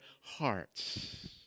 hearts